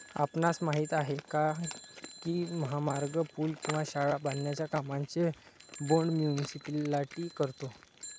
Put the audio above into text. आपणास माहित आहे काय की महामार्ग, पूल किंवा शाळा बांधण्याच्या कामांचे बोंड मुनीसिपालिटी करतो?